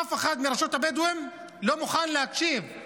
אף אחד מרשות הבדואים לא מוכן להקשיב,